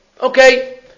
Okay